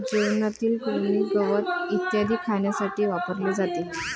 जेवणातील कृमी, गवत इत्यादी खाण्यासाठी वापरले जाते